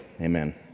Amen